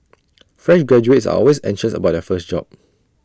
fresh graduates are always anxious about their first job